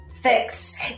fix